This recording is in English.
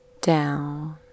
down